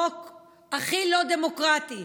חוק הכי לא דמוקרטי,